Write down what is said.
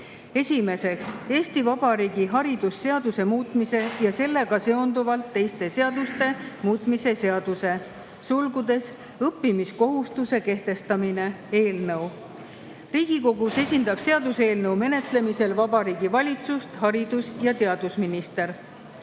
Esiteks, Eesti Vabariigi haridusseaduse muutmise ja sellega seonduvalt teiste seaduste muutmise seaduse (õppimiskohustuse kehtestamine) eelnõu. Riigikogus esindab seaduseelnõu menetlemisel Vabariigi Valitsust haridus- ja teadusminister.